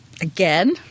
Again